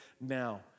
now